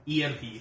EMP